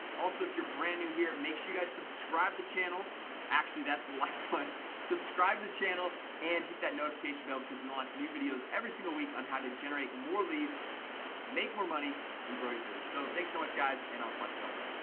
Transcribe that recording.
also. if you're brand new here, make sure you guys subscribe the channel actually, that's like subscribe to the channel and hit that notification bell because we launch new videos every single week on how to generate more leads make more money and grow your business. so thanks so much guys, and i'll talk to y'all later